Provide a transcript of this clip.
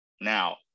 now